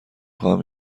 خواهم